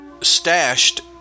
stashed